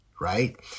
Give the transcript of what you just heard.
Right